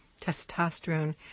testosterone